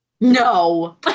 no